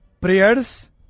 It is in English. Prayers